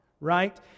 right